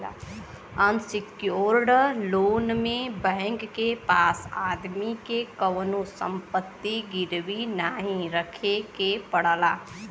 unsecured loan में bank के पास आदमी के कउनो संपत्ति गिरवी नाहीं रखे के पड़ला